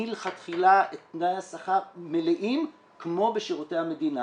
מלכתחילה תנאי השכר מלאים כמו בשירותי המדינה.